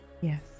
Yes